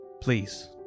Please